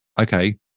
Okay